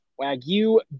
wagyu